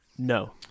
No